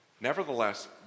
Nevertheless